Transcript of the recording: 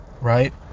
right